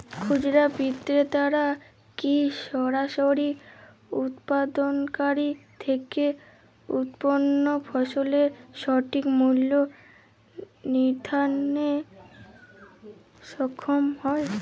খুচরা বিক্রেতারা কী সরাসরি উৎপাদনকারী থেকে উৎপন্ন ফসলের সঠিক মূল্য নির্ধারণে সক্ষম হয়?